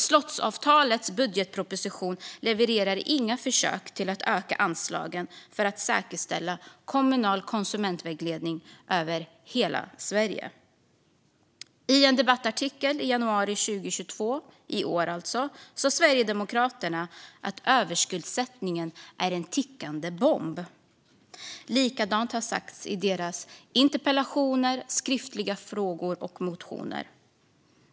Slottsavtalets budgetproposition levererar inga förslag för att öka anslagen och säkerställa kommunal konsumentvägledning över hela Sverige. I en debattartikel i januari 2022 sa Sverigedemokraterna att överskuldsättningen är en tickande bomb. Likadant har sagts i deras interpellationer, skriftliga frågor och motioner.